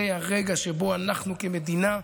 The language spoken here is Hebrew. זה הרגע שבו אנחנו כמדינה,